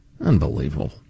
Unbelievable